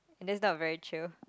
and that's not very chill